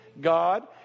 God